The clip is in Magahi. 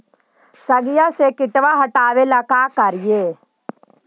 सगिया से किटवा हाटाबेला का कारिये?